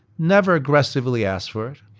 never aggressively asked for it.